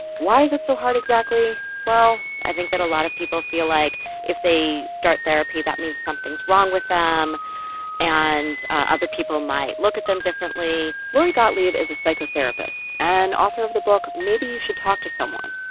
why is it so hard exactly? well. i think that a lot of people feel like if they start therapy, that means something's wrong with them and other people might look at them differently lori gottlieb is a psychotherapist and author of the book maybe you should talk to someone.